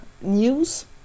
news